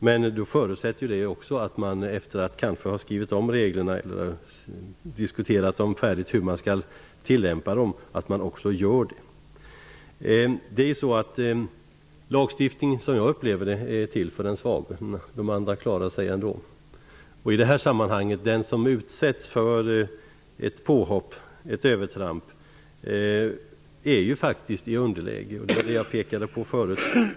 Men det förutsätter att man, efter att ha diskuterat färdigt och kanske skrivit om reglerna, också tillämpar dem. Lagstiftningen är som jag upplever det till för den svage. De andra klarar sig ändå. I detta sammanhang är faktiskt den som utsätts för ett påhopp eller övertramp i underläge. Det var det jag pekade på förut.